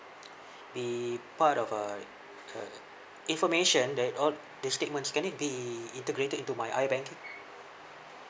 be part of uh uh information that all these statements can it be integrated into my I banking